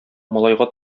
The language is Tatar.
малайга